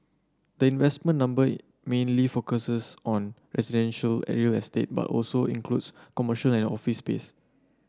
the investment number mainly focuses on residential a real estate but also includes commercial and office space